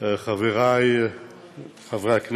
חברי חברי הכנסת,